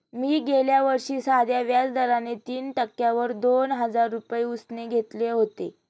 मी गेल्या वर्षी साध्या व्याज दराने तीन टक्क्यांवर दोन हजार रुपये उसने घेतले होते